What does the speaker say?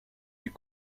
les